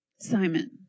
Simon